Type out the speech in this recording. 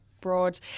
broad